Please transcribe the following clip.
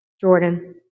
Jordan